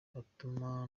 fatuma